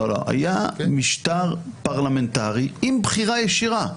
לא, לא, היה משטר פרלמנטרי עם בחירה ישירה.